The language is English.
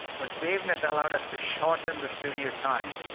but wavenet allowed us to shorten the studio time,